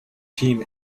team